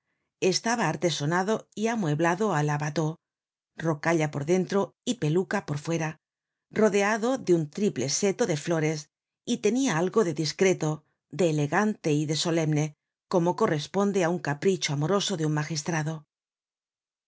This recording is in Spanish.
estaba artesouado y amueblado á la watteau rocalla por dentro y peluca por fuera rodeado de un triple seto de flores y tenia algo de discreto de elegante y de solemne como corresponde á un capricho amoroso de un magistrado